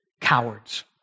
cowards